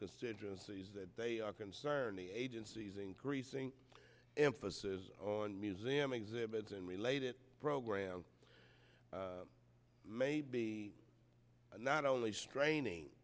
constituencies that they are concerned the agency's increasing emphasis on museum exhibits and related programs may be not only straining